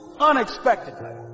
unexpectedly